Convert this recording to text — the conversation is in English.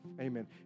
Amen